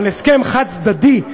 אבל הסכם חד-צדדי,